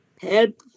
help